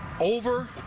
over